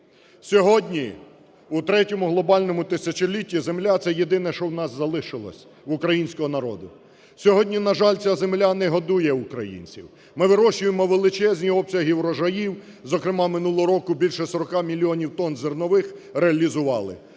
Сьогодні у третьому глобальному тисячоліття земля – це єдине, що у нас залишилось, в українського народу. Сьогодні, на жаль, ця земля не годує українців. Ми вирощуємо величезні обсяги врожаїв, зокрема минулого року більше 40 мільйонів тонн зернових реалізували,